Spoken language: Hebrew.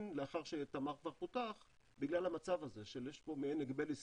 לאחר שתמר כבר פותח בגלל המצב הזה שיש פה מעין הגבל עסקי.